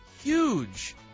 huge